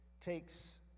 takes